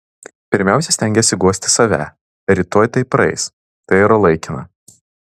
pirmiausia stengiesi guosti save rytoj tai praeis tai yra laikina